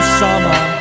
summer